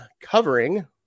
covering